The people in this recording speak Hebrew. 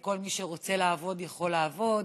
וכל מי שרוצה לעבוד יכול לעבוד,